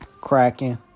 cracking